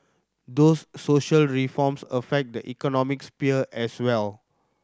these social reforms affect the economic sphere as well